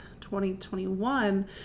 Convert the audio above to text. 2021